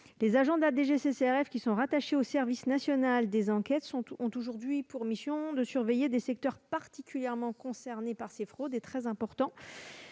Les agents de la DGCCRF rattachés au service national des enquêtes (SNE) ont aujourd'hui pour mission de surveiller des secteurs particulièrement concernés par cette fraude. Malheureusement,